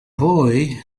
boy